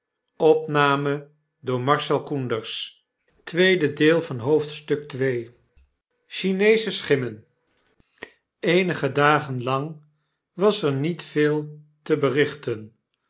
plaatdrukker over eenige dagen lang was er niet veel te berichten